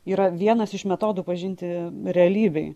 yra vienas iš metodų pažinti realybei